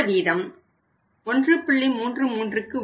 இந்த வீதம் 1